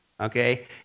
Okay